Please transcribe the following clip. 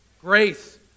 grace